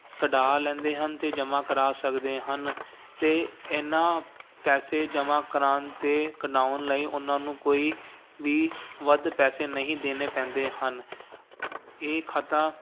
ਕਢਾ ਲੈਂਦੇ ਹਨ ਤੇ ਜਮ੍ਹਾਂ ਕਰਵਾ ਸਕਦੇ ਹਨ ਅਤੇ ਇਹਨਾਂ ਪੈਸੇ ਜਮ੍ਹਾਂ ਕਰਵਾਉਣ ਅਤੇ ਕਢਾਉਣ ਲਈ ਉਹਨਾਂ ਨੂੰ ਕੋਈ ਵੀ ਵੱਧ ਪੈਸੇ ਨਹੀਂ ਦੇਣੇ ਪੈਂਦੇ ਹਨ ਇਹ ਖਾਤਾ